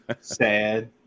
sad